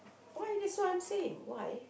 why this one say why